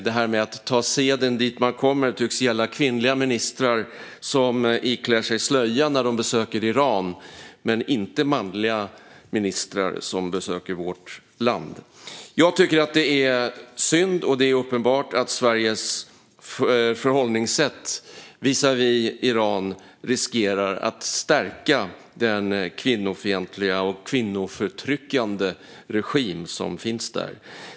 Det här med att ta seden dit man kommer tycks gälla kvinnliga ministrar som iklär sig slöja när de besöker Iran men inte manliga ministrar som besöker vårt land. Jag tycker att det är synd - och det är uppenbart - att Sveriges förhållningssätt visavi Iran riskerar att stärka den kvinnofientliga och kvinnoförtryckande regim som finns där.